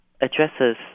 addresses